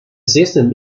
system